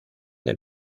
del